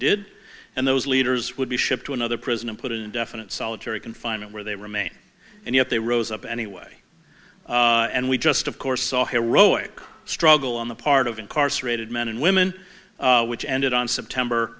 did and those leaders would be shipped to another prison and put in indefinite solitary confinement where they remain and yet they rose up anyway and we just of course saw heroic struggle on the part of incarcerated men and women which ended on september